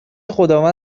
خداوند